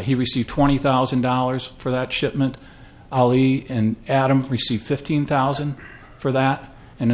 he receive twenty thousand dollars for that shipment ali and adam received fifteen thousand for that and in